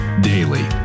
Daily